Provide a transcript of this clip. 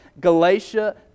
Galatia